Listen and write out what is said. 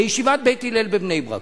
לישיבת "בית הלל" בבני-ברק.